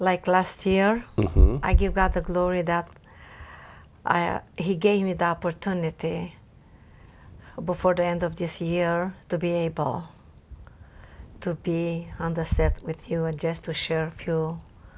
like last year i give god the glory that he gave me the opportunity before the end of this year to be able to be on the set with you and just to share